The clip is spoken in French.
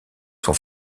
sont